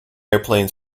airplane